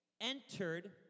entered